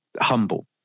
humble